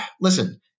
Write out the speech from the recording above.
listen